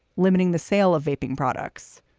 limiting the sale of vaping products,